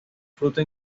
fruto